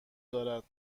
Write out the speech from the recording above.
دارد